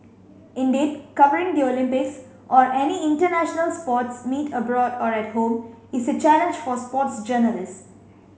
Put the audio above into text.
indeed covering the Olympics or any international sports meet abroad or at home is a challenge for sports journalist